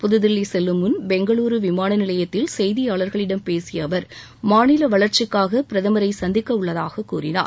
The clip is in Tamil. புதுதில்லி செல்லும்முன் பெங்களுரு விமானநிலையத்தில் செய்தியாளர்களிடம் பேசிய அவர் மாநில வளர்ச்சிக்காக பிரதமரை சந்திக்க உள்ளதாக கூறினார்